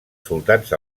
soldats